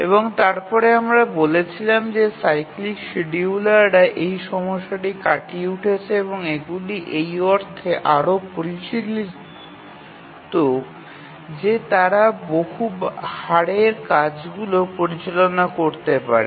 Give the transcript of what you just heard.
এবং তারপরে আমরা বলেছিলাম যে সাইক্লিক শিডিয়ুলাররা এই সমস্যাটি কাটিয়ে উঠেছে এবং এগুলি এই অর্থে আরও পরিশীলিত যে তারা বহু হারের কাজগুলি পরিচালনা করতে পারে